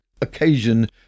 occasion